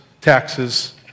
taxes